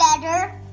better